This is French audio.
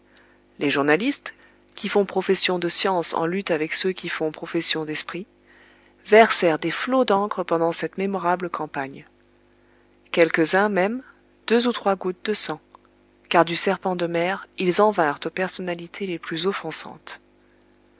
les journalistes qui font profession de science en lutte avec ceux qui font profession d'esprit versèrent des flots d'encre pendant cette mémorable campagne quelques-uns même deux ou trois gouttes de sang car du serpent de mer ils en vinrent aux personnalités les plus offensantes